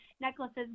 necklaces